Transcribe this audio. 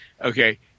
Okay